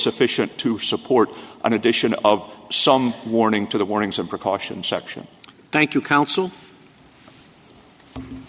sufficient to support an addition of some warning to the warnings of precautions section thank you counsel